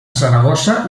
saragossa